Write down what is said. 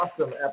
awesome